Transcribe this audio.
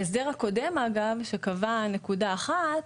ההסדר הקודם אגב, שקבעה נקודה אחת,